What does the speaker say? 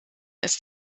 ist